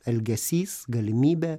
elgesys galimybė